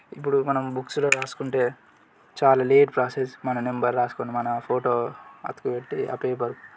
ఇప్పుడు మనం బుక్స్లో రాసుకుంటే చాలా లేట్ ప్రాసెస్ మన నెంబర్ రాసుకొని మన ఫోటో అతకబెట్టి ఆ పేపర్